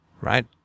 right